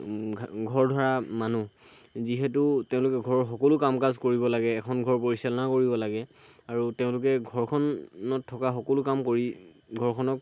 ঘৰ ধৰা মানুহ যিহেতু তেওঁলোকে ঘৰৰ সকলো কাম কাজ কৰিব লাগে এখন ঘৰ পৰিচালনা কৰিব লাগে আৰু তেওঁলোকে ঘৰখনত থকা সকলো কাম কৰি ঘৰখনক